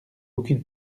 aucune